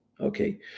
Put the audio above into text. Okay